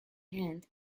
hand